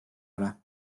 ole